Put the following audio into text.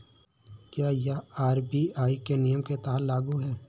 क्या यह आर.बी.आई के नियम के तहत लागू है?